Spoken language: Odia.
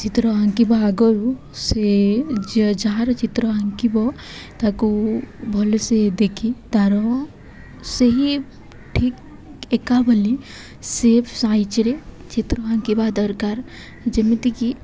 ଚିତ୍ର ଆଙ୍କିବା ଆଗରୁ ସେ ଯେ ଯାହାର ଚିତ୍ର ଆଙ୍କିବ ତାକୁ ଭଲ ସେ ଦେଖି ତା'ର ସେହି ଠିକ୍ ଏକା ବୋଲି ସେପ୍ ସାଇଜ୍ରେ ଚିତ୍ର ଆଙ୍କିବା ଦରକାର ଯେମିତିକି